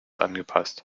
angepasst